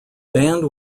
band